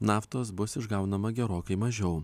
naftos bus išgaunama gerokai mažiau